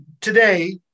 today